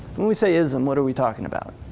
when we say ism what are we talking about,